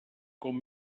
com